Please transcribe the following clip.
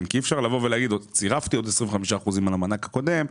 אי אפשר להגיד: צירפתי 25% על המענק הקודם,